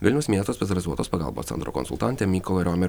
vilniaus miesto specializuotos pagalbos centro konsultantė mykolo riomerio